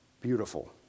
beautiful